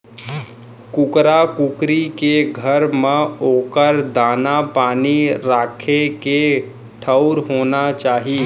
कुकरा कुकरी के घर म ओकर दाना, पानी राखे के ठउर होना चाही